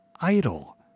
idle